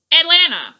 Atlanta